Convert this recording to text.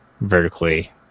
vertically